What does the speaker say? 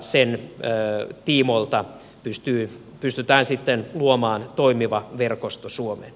sen tiimoilta pystytään sitten luomaan toimiva verkosto suomeen